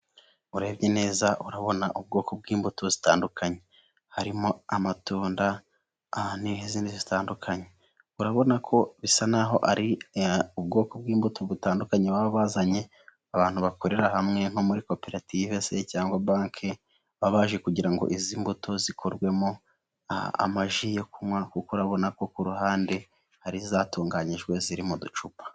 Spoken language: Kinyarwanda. urebye neza urabona ubwoko bw'imbuto zitandukanye, harimo amatunda n'izindi zitandukanye, urabona ko bisa n'aho ari ubwoko bw'imbuto butandukanye baba bazanye, abantu bakorera hamwe nko muri coperative se cyangwa banki ,baba baje kugira ngo izi mbuto zikorwemo amaji yo kunywa ,kuko urabona ko kuruhande hari izatunganyijwe ziri mu ducupa.